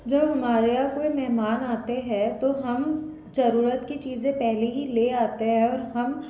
जब हमारे यहाँ कोई मेहमान आते हैं तो हम ज़रूरत की चीज़ें पहले ही ले आते हैं और हम